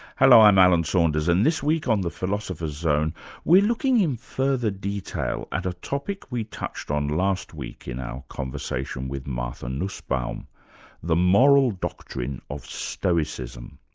hello, i'm alan saunders and this week on the philosopher's zone we're looking in further detail at a topic we touched on last week in our conversation with martha nussbaum the moral doctrine of stoicism.